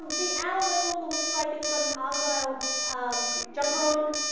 the owl no longer looks like it's got an argyle um jumper on,